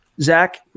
Zach